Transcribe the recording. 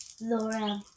Laura